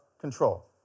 control